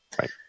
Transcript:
Right